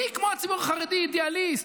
מי כמו הציבור החרדי אידיאליסט,